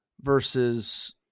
versus